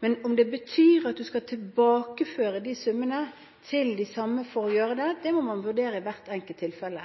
Men om det betyr at man skal tilbakeføre de summene til de samme for å gjøre det, må man vurdere i hvert enkelt tilfelle.